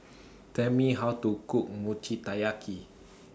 Tell Me How to Cook Mochi Taiyaki